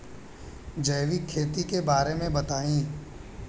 जैविक खेती के बारे में बताइ